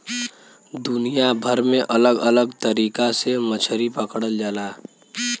दुनिया भर में अलग अलग तरीका से मछरी पकड़ल जाला